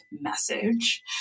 message